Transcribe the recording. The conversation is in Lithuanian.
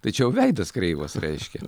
tai čia jau veidas kreivas reiškia